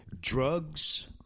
drugs